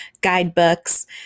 guidebooks